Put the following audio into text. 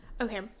okay